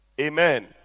Amen